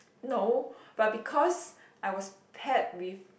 no but because I was paired with